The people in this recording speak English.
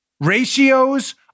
Ratios